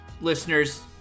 listeners